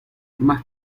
más